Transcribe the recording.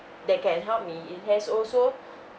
that can help me it has also